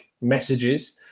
messages